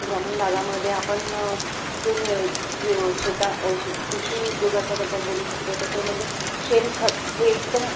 ग्रामीण भागामधे आपण जे कृ शेता ओशी कृषी उद्योगाच्याबद्दल बोलू शकतो तर ते म्हणजे शेणखत हे एकदम